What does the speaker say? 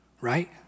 right